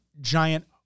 giant